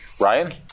Ryan